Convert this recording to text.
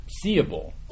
seeable